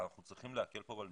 אנחנו צריכים להקל כאן על